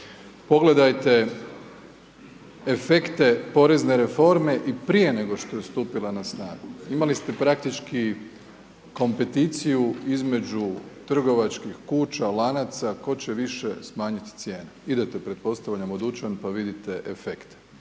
Pogledajte efekte porezne reforme i prije nego što je stupila na snagu. Imali ste praktički kompeticiju između trgovačkih kuća, lanaca, tko će više smanjiti cijene. Idete, pretpostavljam u dućan, pa vidite efekt.